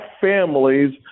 families